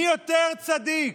מי יותר צדיק,